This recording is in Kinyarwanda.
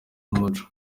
umuco